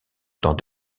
dans